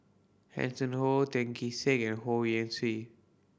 Hanson Ho Tan Kee Sek and Ho Yuen